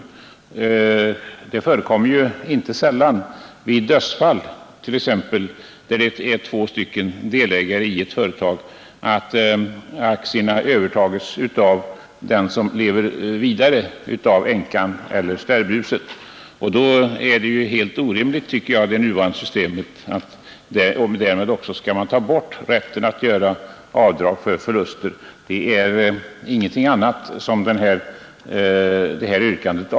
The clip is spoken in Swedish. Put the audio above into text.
Det förekommer ju inte sällan vid dödsfall, om det är två delägare i ett företag, att aktierna övertas av den som lever vidare, av änkan eller av stärbhuset. Det nuvarande systemet är enligt min mening orimligt, eftersom det tar bort rätten att göra avdrag för förluster. Mitt yrkande avser ingenting annat.